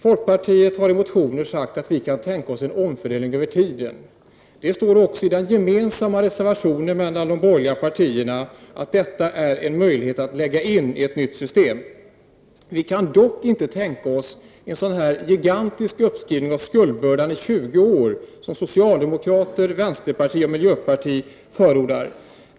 Folkpartiet har i motioner sagt att vi kan tänka oss en omfördelning över tiden. Det står också i den gemensamma reservation som de borgerliga partierna har, att detta är en möjlighet att lägga in i ett system. Vi kan dock inte tänka oss en sådan gigantisk uppskrivning av skuldbördan i 20 år som socialdemokraterna, vänsterpartiet och miljöpartiet förordar.